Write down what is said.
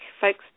folks